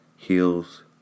Heels